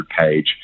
page